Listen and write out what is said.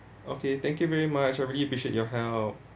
okay thank you very much I really appreciate your help